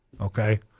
Okay